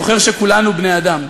זוכר שכולנו בני-אדם,